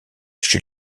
chez